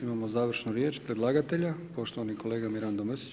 Imamo završnu riječ predlagatelja, poštovani kolega Mirando Mrsić.